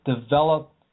develop